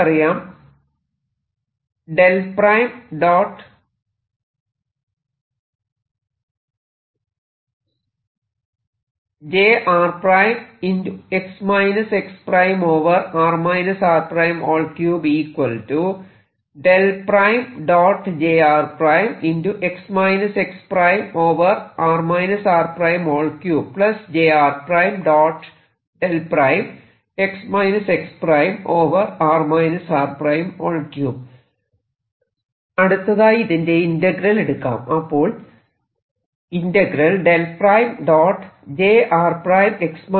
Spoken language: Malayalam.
നമുക്കറിയാം അടുത്തതായി ഇതിന്റെ ഇന്റഗ്രൽ എടുക്കാം